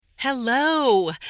Hello